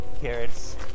carrots